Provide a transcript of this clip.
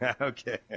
Okay